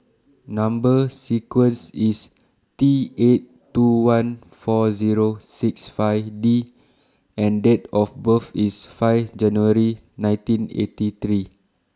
Number sequence IS T eight two one four Zero six five D and Date of birth IS five January nine eighty three